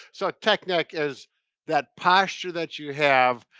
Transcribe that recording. so tech neck is that posture that you have.